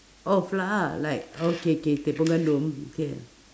oh flour like okay K tepung gandum okay